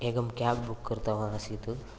एकं cab book कृतवान् आसं